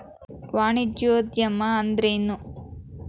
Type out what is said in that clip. ವಾಣಿಜ್ಯೊದ್ಯಮಾ ಅಂದ್ರೇನು?